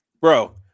Bro